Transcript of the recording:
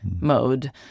mode